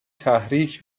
تحریک